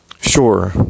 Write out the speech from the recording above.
sure